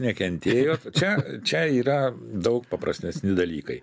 nekentėjot čia čia yra daug paprastesni dalykai